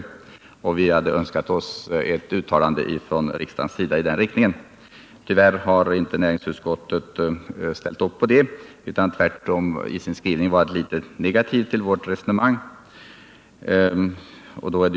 Vi har föreslagit ett uttalande från riksdagens sida i den riktningen. Tyvärr har näringsutskottet inte ställt upp på det, utan tvärtom i sin skrivning varit negativt till vårt resonemang.